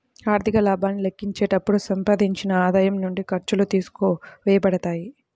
ఆర్థిక లాభాన్ని లెక్కించేటప్పుడు సంపాదించిన ఆదాయం నుండి ఖర్చులు తీసివేయబడతాయి